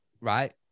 right